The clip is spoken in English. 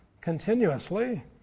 continuously